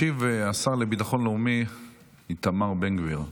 ישיב השר לביטחון לאומי איתמר בן גביר.